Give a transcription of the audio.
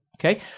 Okay